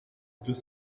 deux